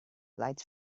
lights